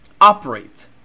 operate